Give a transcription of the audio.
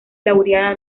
laureada